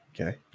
Okay